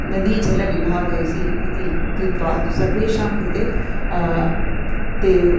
नदीजलविभागैः इति कृत्वा सर्वेषां कृते ते